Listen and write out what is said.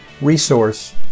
resource